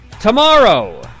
tomorrow